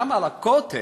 גם על הכותל,